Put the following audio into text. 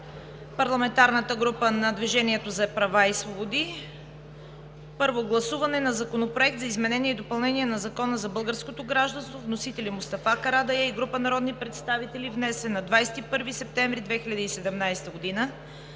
парламентарната група на „Движението за права и свободи“ – Първо гласуване на Законопроекта за изменение и допълнение на Закона за българското гражданство. Вносители: Мустафа Карадайъ и група народни представители, внесен на 21 септември 2017 г.